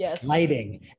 sliding